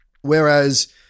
whereas